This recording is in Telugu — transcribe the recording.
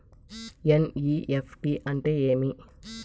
ఎన్.ఇ.ఎఫ్.టి అంటే ఏమి